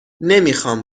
نمیخام